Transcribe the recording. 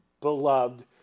beloved